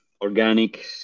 organic